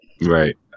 Right